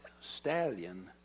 stallion